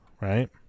right